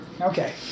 Okay